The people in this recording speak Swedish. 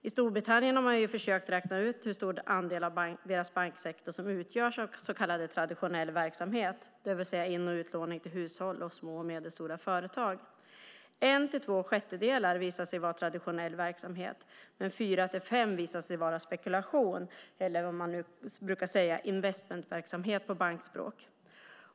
I Storbritannien har man försökt räkna ut hur stor andel av landets banksektor som utgörs av så kallad traditionell verksamhet, det vill säga in och utlåning till hushåll och små och medelstora företag. En till två sjättedelar visade sig vara traditionell verksamhet medan fyra till fem sjättedelar visade sig vara spekulation, så kallad investmentverksamhet på bankspråk.